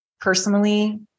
personally